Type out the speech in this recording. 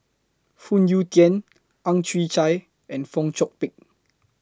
Phoon Yew Tien Ang Chwee Chai and Fong Chong Pik